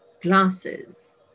glasses